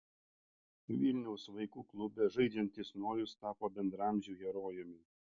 vilniaus vaikų klube žaidžiantis nojus tapo bendraamžių herojumi